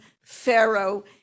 Pharaoh